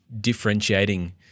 differentiating